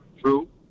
True